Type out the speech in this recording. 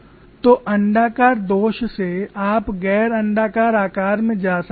तो अण्डाकार दोष से आप गैर अण्डाकार आकार में जा सकते हैं